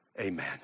Amen